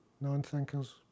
non-thinkers